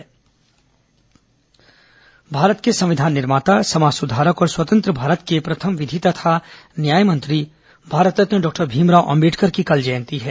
अंबेडकर जयंती भारत के संविधान निर्माता समाज सुधारक और स्वतंत्र भारत के प्रथम विधि तथा न्याय मंत्री भारतरत्न डॉक्टर भीमराव अंबेडकर की कल जयंती है